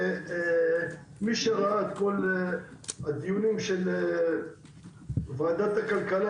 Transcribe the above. מי שראה את כל הדיונים של ועדת הכלכלה